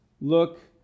look